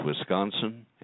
Wisconsin